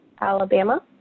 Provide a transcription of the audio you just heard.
Alabama